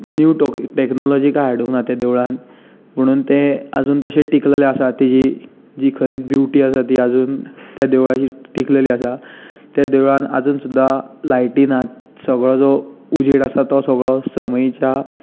new technology कांय हाडूंक ना ते देवळांत पुणून तें आजून तशें टिकलेलें आसा जी खरी ब्युटी आसा ती आजून त्या देवळाची टिकलेली आसा ते देवळांत आजून सुद्दां लायटी नात सगळो जो उजेड आसा तो सगळो समयीच्या